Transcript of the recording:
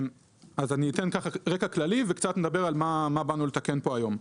אני אתן רקע כללי ונדבר קצת על מה שבאנו לתקן כאן היום.